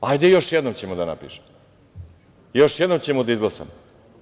Hajde, još jednom ćemo da napišemo, još jednom ćemo da izglasamo.